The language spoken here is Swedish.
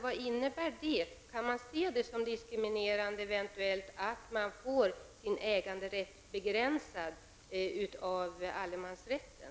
Kan man eventuellt se det som diskriminerande att man får sin äganderätt begränsad av allemansrätten?